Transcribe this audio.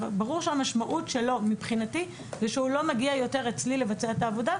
ברור שהמשמעות שלו מבחינתי זה שהוא לא מגיע יותר אצלי לבצע את העבודה.